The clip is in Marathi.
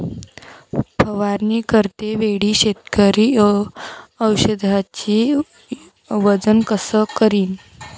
फवारणी करते वेळी शेतकरी औषधचे वजन कस करीन?